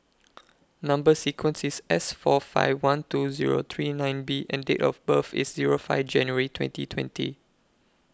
Number sequence IS S four five one two Zero three nine B and Date of birth IS Zero five January twenty twenty